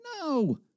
No